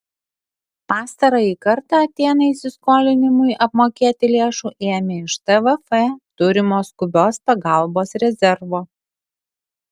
pastarąjį kartą atėnai įsiskolinimui apmokėti lėšų ėmė iš tvf turimo skubios pagalbos rezervo